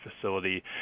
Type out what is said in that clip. facility